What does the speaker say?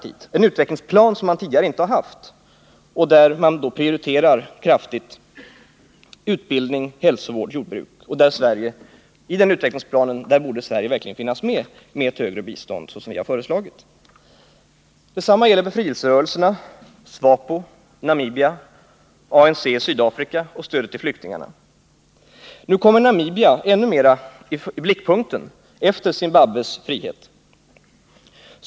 Det är en utvecklingsplan som man tidigare inte haft och där man kraftigt prioriterar utbildning, hälsovård och jordbruk och där det verkligen borde finnas med ett högre svenskt bistånd, såsom vi har föreslagit. Detsamma gäller befrielserörelserna, SWAPO i Namibia och ANC i Sydafrika, samt stödet till flyktingarna. Nu kommer Namibia ännu mer i blickpunkten efter Zimbabwes frigörelse.